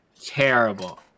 terrible